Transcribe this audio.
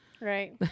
right